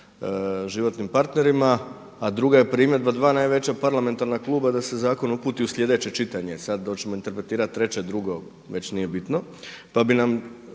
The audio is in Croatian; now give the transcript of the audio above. životnim partnerima, a druga je primjedba, dva najveća parlamentarna kluba da se zakon uputi u sljedeće čitanje, sada hoćemo interpretirati treće, drugo već nije bitno,